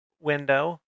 window